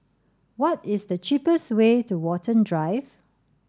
what is the cheapest way to Watten Drive